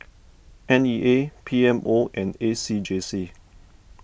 N E A P M O and A C J C